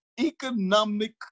economic